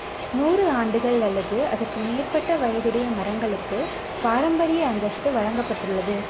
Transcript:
நூறு ஆண்டுகள் அல்லது அதற்கு மேற்பட்ட வயதுடைய மரங்களுக்கு பாரம்பரிய அந்தஸ்து வழங்கப்பட்டுள்ளது